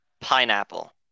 pineapple